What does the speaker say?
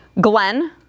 Glenn